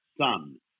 son